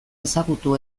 ezagutu